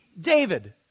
David